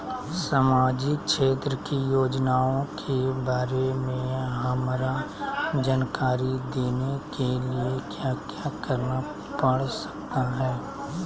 सामाजिक क्षेत्र की योजनाओं के बारे में हमरा जानकारी देने के लिए क्या क्या करना पड़ सकता है?